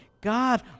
God